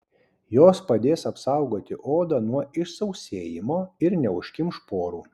jos padės apsaugoti odą nuo išsausėjimo ir neužkimš porų